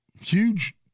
huge